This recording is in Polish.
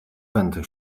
będę